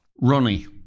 ronnie